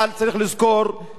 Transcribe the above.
אבל צריך לזכור,